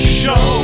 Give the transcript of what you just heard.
show